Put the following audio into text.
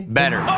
better